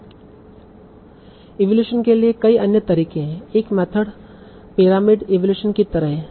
evaluation के लिए कई अन्य तरीके हैं एक मेथड पिरामिड इवैल्यूएशन की तरह है